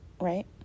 right